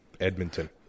Edmonton